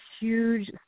huge